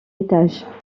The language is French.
étage